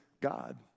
God